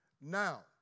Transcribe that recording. Now